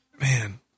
man